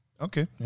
Okay